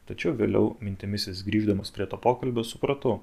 tačiau vėliau mintimis vis grįždamas prie to pokalbio supratau